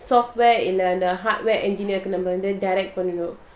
software இல்லனா:illana hardware engineer ku நம்மவந்து:namma vandhu direct பண்ணனும்:pannanum